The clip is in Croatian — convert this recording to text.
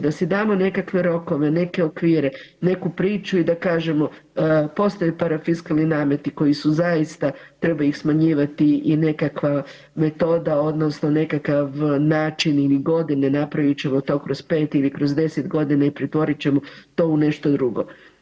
Da si damo nekakve rokove, neke okvire, neku priču i da kažemo postoje parafiskalni nameti koji su zaista treba ih smanjivati i nekakva metoda odnosno nekakav način ili godine napravit ćemo to kroz 5 ili kroz 10 godina i pretvorit ćemo to u nešto drugo.